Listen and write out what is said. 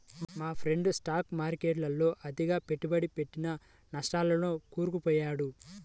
మా friend stock మార్కెట్టులో అతిగా పెట్టుబడి పెట్టి నట్టాల్లో కూరుకుపొయ్యాడు